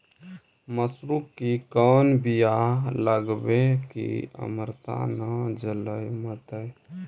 मसुरी के कोन बियाह लगइबै की अमरता न जलमतइ?